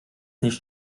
nicht